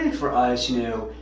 and for us, you know,